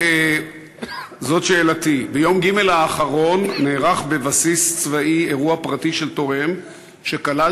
זאת שאלתי: ביום שלישי האחרון נערך בבסיס צבאי אירוע פרטי של תורם שכלל